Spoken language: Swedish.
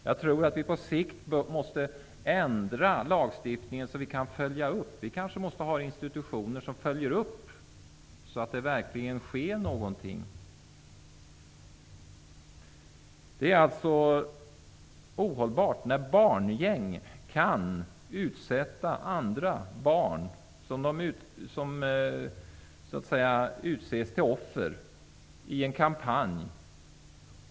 Jag tror att vi på sikt måste ändra lagstiftningen så att vi kan göra en uppföljning. Vi kanske måste ha institutioner som följer upp att det verkligen händer någonting. Det är ohållbart att barngäng kan utse vissa barn till offer i en kampanj.